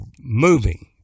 moving